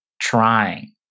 trying